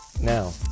Now